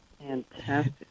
Fantastic